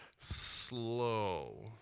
slow.